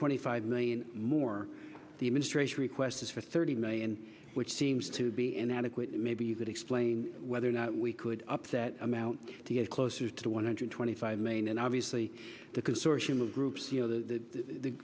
twenty five million more the administration request is for thirty million which seems to be inadequate maybe that explains whether or not we could upset amount to get closer to the one hundred twenty five main and obviously the consortium of groups you know the